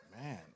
Man